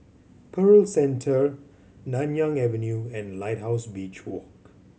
Pearl Centre Nanyang Avenue and Lighthouse Beach Walk